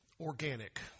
organic